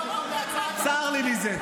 צר לי מזה.